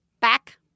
back